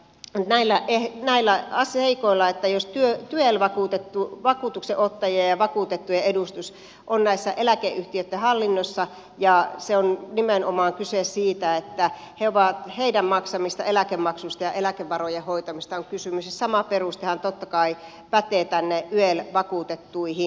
perustelemme tätä näillä seikoilla että jos tyel vakuutuksenottajien ja vakuutettujen edustus on näiden eläkeyhtiöitten hallinnossa on nimenomaan kyse heidän maksamistaan eläkemaksuista ja eläkevarojen hoitamisesta ja sama perustehan totta kai pätee tänne yel vakuutettuihin